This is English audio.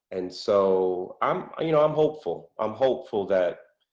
and so i'm you know i'm hopeful. i'm hopeful that